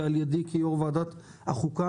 ועל ידי כיושב-ראש ועדת החוקה,